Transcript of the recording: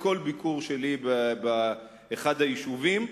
בכל ביקור שלי באחד היישובים.